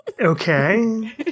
Okay